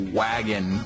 wagon